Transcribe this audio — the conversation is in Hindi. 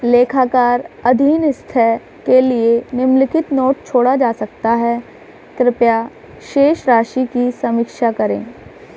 लेखाकार अधीनस्थ के लिए निम्नलिखित नोट छोड़ सकता है कृपया शेष राशि की समीक्षा करें